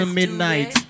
midnight